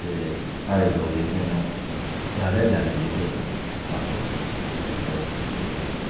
ते सारे लोक जेह्के न ज्यादा ज्यादा जेह्के न ओह् बस ते मैटाडोर यूज़ करदे न